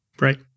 Right